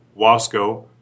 Wasco